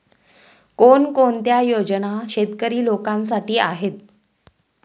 कोणकोणत्या योजना शेतकरी लोकांसाठी आहेत?